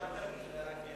תרגיל,